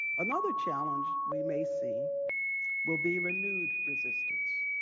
another challenge we may see will be renewed resistance,